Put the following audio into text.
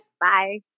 Bye